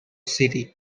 city